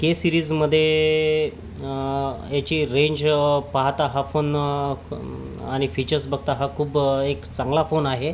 के सीरीजमध्ये याची रेंज पाहता हा फोन आणि फीचर्स बघता हा खूप एक चांगला फोन आहे